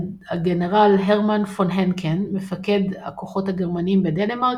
הגנרל הרמן פון הנקן - מפקד הכוחות הגרמניים בדנמרק